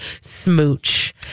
smooch